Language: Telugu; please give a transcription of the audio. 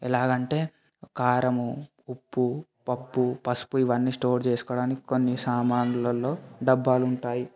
ఎలాగంటే కారము ఉప్పు పప్పు పసుపు ఇవన్నీ స్టోర్ చేసుకోవడానికి కొన్ని సామాన్లలో డబ్బాలుంటాయి